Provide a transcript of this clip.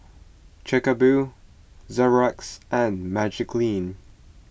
Chic A Boo Xorex and Magiclean